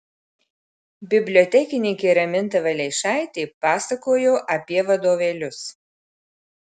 bibliotekininkė raminta valeišaitė pasakojo apie vadovėlius